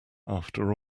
after